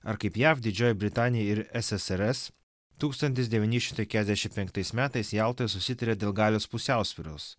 ar kaip jav didžioji britanija ir ssrs tūkstantis devyni šimtai keturiasdešimt penktais metais jaltoje susitarė dėl galios pusiausvyros